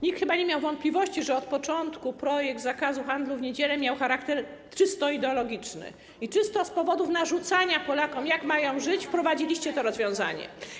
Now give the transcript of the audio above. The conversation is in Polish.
Nikt chyba nie miał wątpliwości, że od początku projekt zakazu handlu w niedzielę miał charakter czysto ideologiczny i głównie z powodów narzucania Polakom sposobu, w jaki mają żyć, wprowadziliście to rozwiązanie.